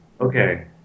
Okay